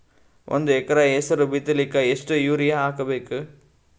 ಒಂದ್ ಎಕರ ಹೆಸರು ಬಿತ್ತಲಿಕ ಎಷ್ಟು ಯೂರಿಯ ಹಾಕಬೇಕು?